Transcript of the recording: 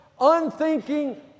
unthinking